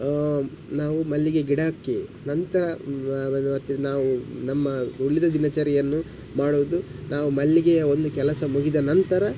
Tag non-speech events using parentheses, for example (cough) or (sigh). ನಾವು ಮಲ್ಲಿಗೆ ಗಿಡಕ್ಕೆ ನಂತರ (unintelligible) ನಾವು ನಮ್ಮ ಉಳಿದ ದಿನಚರಿಯನ್ನು ಮಾಡೋದು ನಾವು ಮಲ್ಲಿಗೆಯ ಒಂದು ಕೆಲಸ ಮುಗಿದ ನಂತರ